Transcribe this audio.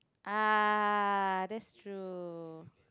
ah that's true